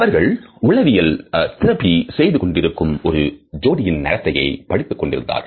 அவர்கள் உளவியல் திறப்பி செய்துகொண்டிருக்கும் ஒரு ஜோடியின் நடத்தையை படித்துக் கொண்டிருந்தார்கள்